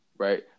Right